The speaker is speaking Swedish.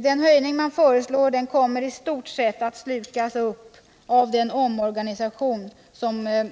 Den föreslagna höjningen kommer i stort sett att slukas upp av den omorganisation som